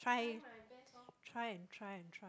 try try and try and try